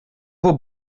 vos